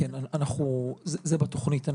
כן, זה בתכנית.